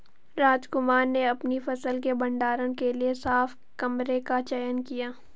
रामकुमार ने अपनी फसल के भंडारण के लिए साफ कमरे का चयन किया